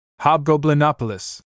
Hobgoblinopolis